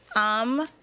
um,